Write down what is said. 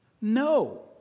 No